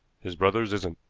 his brother's isn't.